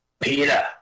Peter